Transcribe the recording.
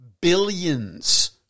billions